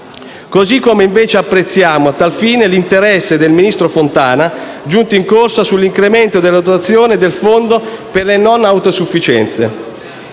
disabilità. Apprezziamo invece a tal fine l'interesse del ministro Fontana giunto in corsa sull'incremento della dotazione del Fondo per le non autosufficienze.